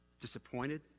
Disappointed